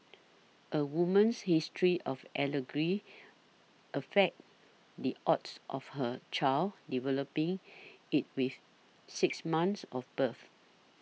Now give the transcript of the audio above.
a woman's history of allergy affects the odds of her child developing it within six months of birth